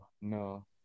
no